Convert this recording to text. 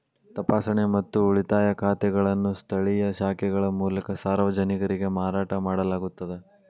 ತಪಾಸಣೆ ಮತ್ತು ಉಳಿತಾಯ ಖಾತೆಗಳನ್ನು ಸ್ಥಳೇಯ ಶಾಖೆಗಳ ಮೂಲಕ ಸಾರ್ವಜನಿಕರಿಗೆ ಮಾರಾಟ ಮಾಡಲಾಗುತ್ತದ